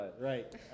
Right